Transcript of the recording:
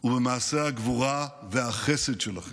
ובמעשי הגבורה והחסד שלכם.